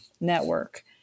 network